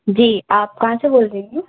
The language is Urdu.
جی آپ کہاں سے بول رہی ہیں